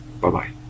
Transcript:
Bye-bye